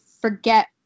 forget